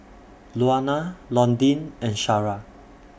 Luana Londyn and Shara